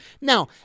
Now